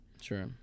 sure